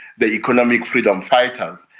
the economic freedom fighters,